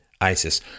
ISIS